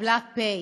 קיבלה "פ",